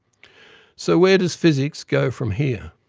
so where does physics go from here?